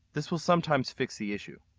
this will sometimes fix the issue